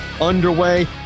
underway